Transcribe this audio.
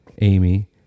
Amy